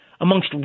amongst